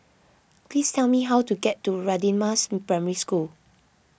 please tell me how to get to Radin Mas Primary School